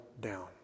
down